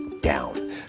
down